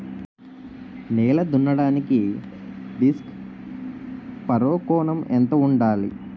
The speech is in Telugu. నేల దున్నడానికి డిస్క్ ఫర్రో కోణం ఎంత ఉండాలి?